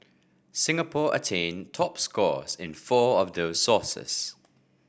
Singapore attained top scores in four of those sources